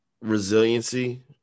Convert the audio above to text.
resiliency